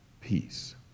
peace